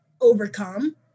overcome